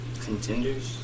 Contenders